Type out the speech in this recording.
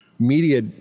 media